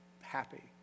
happy